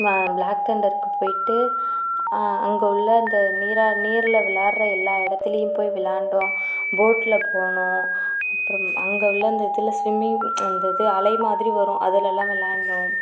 black தண்டருக்கு போயிவிட்டு அங்கே உள்ள இந்த நீராக நீரில் விளையாடுகிற எல்லா இடத்துலையும் விளைண்டோம் போட்டில் போனோம் அப்புறம் அங்கே உள்ள இந்த இதில் ஸ்விம்மிங் அந்த இது அலை மாதிரி அதில் எல்லாம் விளைண்டோம்